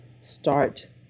start